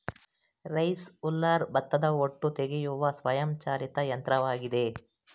rice huller ಭತ್ತದ ಹೊಟ್ಟು ತೆಗೆಯುವ ಸ್ವಯಂ ಚಾಲಿತ ಯಂತ್ರವಾಗಿದೆ